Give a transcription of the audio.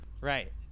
right